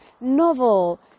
novel